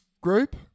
group